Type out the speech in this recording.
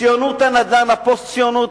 ציונות הנדל"ן, הפוסט-ציונות